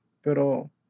pero